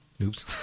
Oops